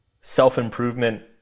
self-improvement